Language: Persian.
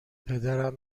پدرم